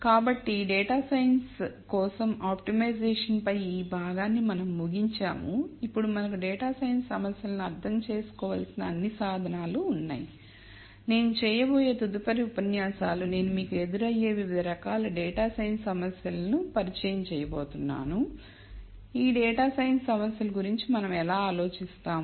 కాబట్టి data science కోసం optimisation పై ఈ భాగాన్ని మనం ముగించాము ఇప్పుడు మనకు డేటా సైన్స్ సమస్యలను అర్థం చేసుకోవలసిన అన్ని సాధనాలు ఉన్నాయి నేను చేయబోయే తదుపరి ఉపన్యాసాలు నేను మీకు ఎదురయ్యే వివిధ రకాల డేటా సైన్స్ సమస్యలను మీకు పరిచయం చేయబోతున్నాను ఈ డేటా సైన్స్ సమస్యల గురించి మనం ఎలా ఆలోచిస్తాము